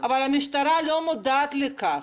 אבל המשטרה לא מודעת לכך,